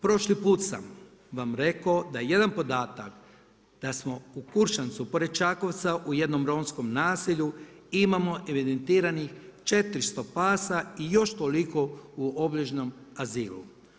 Prošli put sam vam rekao da jedan podatak, da smo u Kuršancu pored Čakovca, u jednom romskom naselju imamo evidentiranih 400 pasa i još toliko u obližnjem azilu.